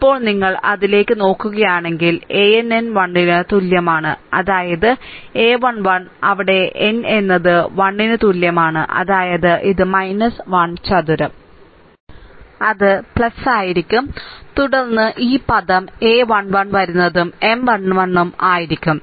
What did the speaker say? ഇപ്പോൾ നിങ്ങൾ അതിലേക്ക് നോക്കുകയാണെങ്കിൽ ann 1 ന് തുല്യമാണ് അതായത് a 1 1 അവിടെ n എന്നത് 1 ന് തുല്യമാണ് അതായത് ഇത് 1 ചതുരം അത് ആയിരിക്കും തുടർന്ന് ഈ പദം a 1 1 വരുന്നതും M 1 1 ഉം ആയിരിക്കും